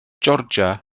georgia